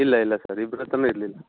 ಇಲ್ಲ ಇಲ್ಲ ಸರ್ ಇಬ್ರ ಹತ್ರನು ಇರಲಿಲ್ಲ